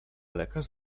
lekarz